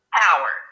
power